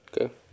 Okay